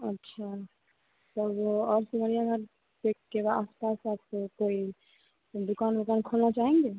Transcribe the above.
अच्छा तब वो आप सिमरिया घाट देख के बा आसपास कोई दुकान उकान खोलना चाहेंगे